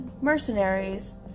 mercenaries